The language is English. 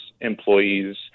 employees